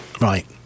Right